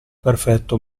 perfetto